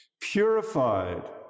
purified